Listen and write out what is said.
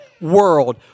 world